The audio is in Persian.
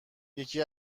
یکی